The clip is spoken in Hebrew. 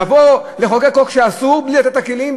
לבוא לחוקק חוק שאסור, בלי לתת את הכלים?